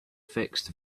fixed